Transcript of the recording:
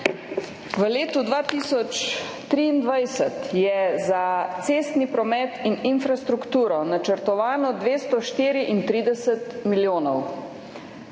v letu 2023 je za cestni promet in infrastrukturo načrtovano 234 milijonov.